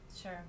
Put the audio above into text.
Sure